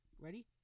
Ready